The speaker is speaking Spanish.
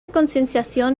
concienciación